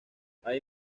hay